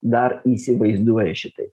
dar įsivaizduoja šitaip